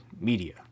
media